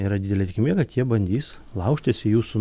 yra didelė tikimybė kad jie bandys laužtis į jūsų